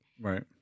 Right